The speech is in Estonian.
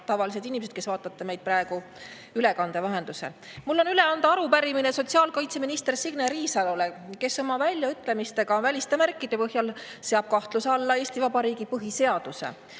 tavalised inimesed, kes vaatate meid praegu ülekande vahendusel! Mul on üle anda arupärimine sotsiaalkaitseminister Signe Riisalole, kes oma väljaütlemistega väliste märkide põhjal seab kahtluse alla Eesti Vabariigi põhiseaduse.Me